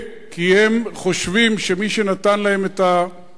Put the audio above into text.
כי הם חושבים שמי שנתן להם את האצבע,